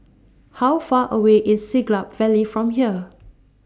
How Far away IS Siglap Valley from here